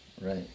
right